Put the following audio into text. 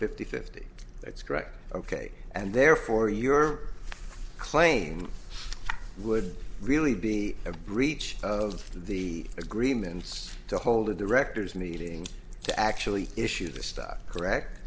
fifty fifty that's correct ok and therefore your claim would really be a breach of the agreements to hold the directors meeting to actually issue the stock correct